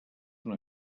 una